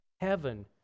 heaven